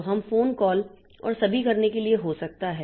तो हम phone call और सभी करने के लिए हो सकता है